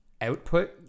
Output